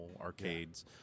arcades